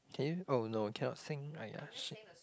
can you oh no cannot sing [aiya] shit